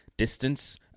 distance